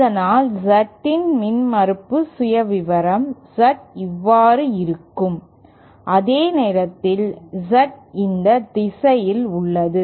இதனால் Z இன் மின்மறுப்பு சுயவிவரம் Z இவ்வாறு இருக்கும் அதே நேரத்தில் Z இந்த திசையில் உள்ளது